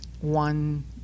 One